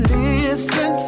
listen